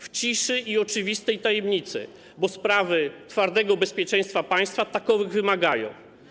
W ciszy i oczywistej tajemnicy, bo sprawy twardego bezpieczeństwa państwa takowych wymagają.